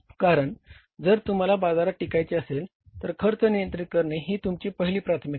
कारण जर तुम्हाला बाजारात टिकायचे असेल तर खर्च नियंत्रित करणे ही तुमची पहिली प्राथमिकता आहे